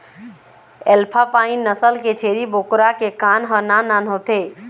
alpine नसल के छेरी बोकरा के कान ह नान नान होथे